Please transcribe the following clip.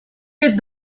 les